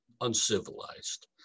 uncivilized